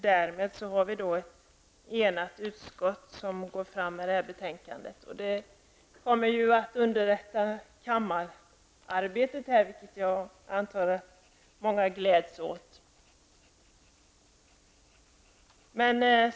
Därmed är det ett enigt utskott som lägger fram detta betänkande, vilket kommer att underlätta kammararbetet -- någonting som jag antar att många gläds åt.